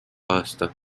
aasta